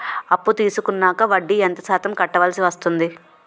అప్పు తీసుకున్నాక వడ్డీ ఎంత శాతం కట్టవల్సి వస్తుంది?